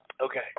Okay